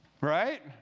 Right